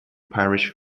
parish